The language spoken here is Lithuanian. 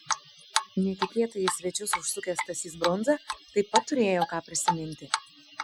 netikėtai į svečius užsukęs stasys brundza taip pat turėjo ką prisiminti